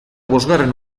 bosgarren